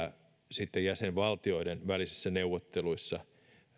sitten jäsenvaltioiden välisissä neuvotteluissa